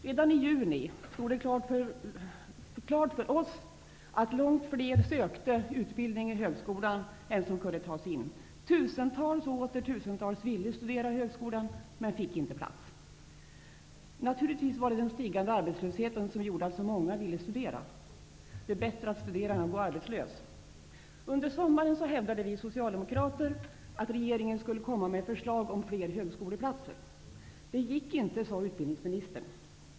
Redan i juni stod det klart att långt fler sökte högskoleutbildning än som kunde tas in. Tusentals och åter tusentals ville studera i högskolan men fick inte plats. Naturligtvis var det den stigande arbetslösheten som gjorde att så många ville studera. Det är bättre att studera än att gå arbetslös! Under sommaren hävdade vi socialdemokrater att regeringen skulle komma med förslag om fler högskoleplatser. Det gick inte, sade utbildningsministern.